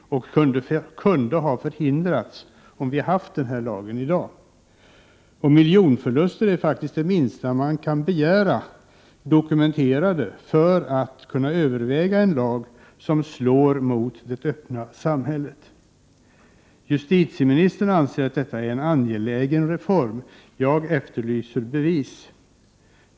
1988/89:111 och som kunde ha förhindrats om vi hade haft denna lag i dag? Det minsta man kan begära är väl ändå att miljonförluster skall finnas dokumenterade när man skall överväga en lag som slår mot det öppna samhället. Justitieministern anser att detta är en angelägen reform. Jag efterlyser bevis.